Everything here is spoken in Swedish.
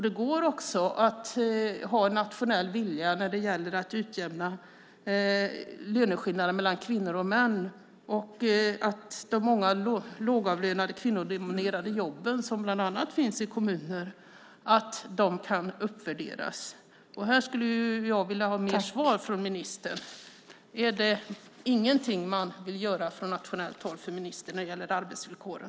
Det går också att ha en nationell vilja när det gäller att utjämna löneskillnader mellan kvinnor och män och att uppvärdera många av de lågavlönade och kvinnodominerade jobb som bland annat finns i kommunerna. Här skulle jag ha utförligare svar från ministern. Vill ministern inte göra någonting från nationellt håll när det gäller arbetsvillkoren?